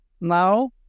now